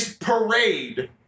parade